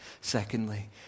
secondly